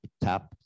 tap